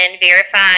verify